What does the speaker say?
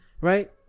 right